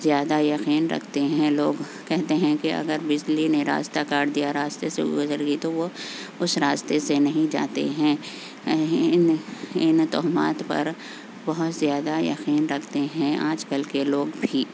زیادہ یقین رکھتے ہیں لوگ کہتے ہیں کہ اگر بلی نے راستہ کاٹ دیا راستہ سے گزر گئی تو وہ اس راستے سے نہیں جاتے ہیں ان ان تہمات پر بہت زیادہ یقین رکھتے ہیں آج کل کے لوگ بھی